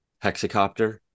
hexacopter